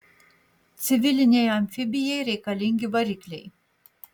civilinei amfibijai reikalingi varikliai